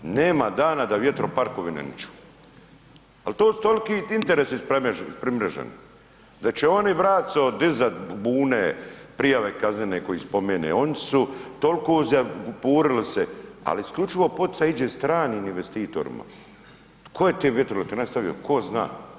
Nema dana da vjetroparkove ne miču, ali to su toliki interesi primreženi da će oni braco dizat bune, prijave kaznene ko ih spomene, oni su toliko uzjapuruli se ali isključivo poticaj ide stranim investitorima, tko je te vjetroelektrane stavio, tko zna.